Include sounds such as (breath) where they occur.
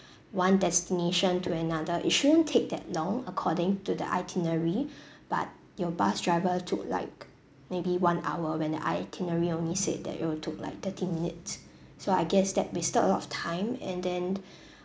one destination to another it shouldn't take that long according to the itinerary (breath) but your bus driver took like maybe one hour when the itinerary only said that it will took like thirty minutes so I guess that wasted a lot of time and then (breath)